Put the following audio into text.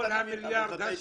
כל המיליארד,